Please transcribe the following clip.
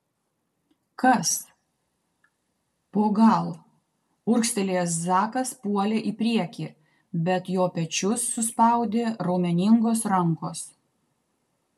kas po gal urgztelėjęs zakas puolė į priekį bet jo pečius suspaudė raumeningos rankos